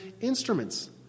instruments